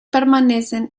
permanecen